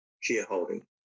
shareholding